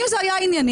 אם זה היה ענייני,